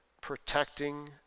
protecting